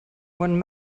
won